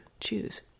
choose